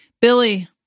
Billy